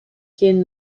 geen